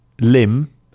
limb